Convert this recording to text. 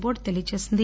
board తెలియచేసింది